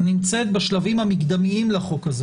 נמצא בשלבים המקדמים לחוק הזה